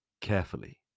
carefully